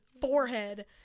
forehead